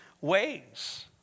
ways